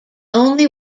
only